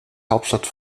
hauptstadt